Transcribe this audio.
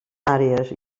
àrees